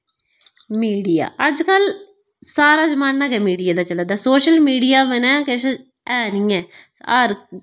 media अज्जकल सारा जमाना गै मीडिया दा चला दा सोशल मीडिया मनै किश है नि ऐ हर